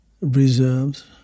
reserves